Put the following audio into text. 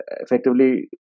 effectively